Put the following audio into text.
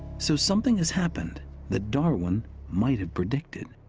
so something has happened that darwin might have predicted.